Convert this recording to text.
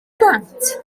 blant